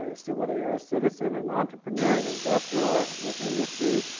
ah so whether you're a citizen an entrepreneur an investor or with industry.